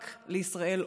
רק לישראל עולים.